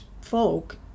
folk